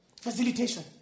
Facilitation